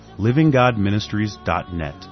livinggodministries.net